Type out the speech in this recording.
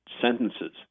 sentences